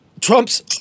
Trump's